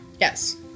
Yes